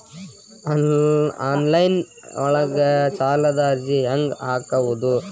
Online ಒಳಗ ಸಾಲದ ಅರ್ಜಿ ಹೆಂಗ್ ಹಾಕುವುದು?